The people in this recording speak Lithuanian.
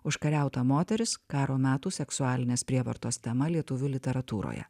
užkariauta moteris karo metų seksualinės prievartos tema lietuvių literatūroje